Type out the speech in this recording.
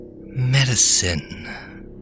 medicine